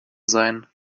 sein